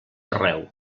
arreu